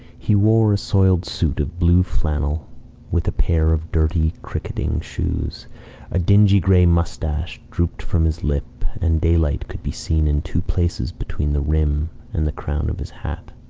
he wore a soiled suit of blue flannel with a pair of dirty cricketing shoes a dingy gray moustache drooped from his lip, and daylight could be seen in two places between the rim and the crown of his hat.